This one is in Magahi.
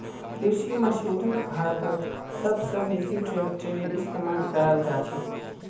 कृषि मशीनरीत भारतत सब स बेसी ट्रेक्टरेर इस्तेमाल कराल जाछेक